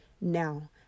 Now